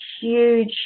huge